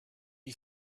you